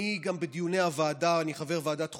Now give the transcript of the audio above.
גם בדיוני הוועדה, אני חבר ועדת החוקה.